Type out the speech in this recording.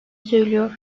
söylüyor